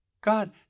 God